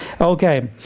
Okay